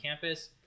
campus